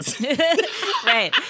Right